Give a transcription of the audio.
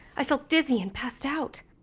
i felt dizzy and passed out.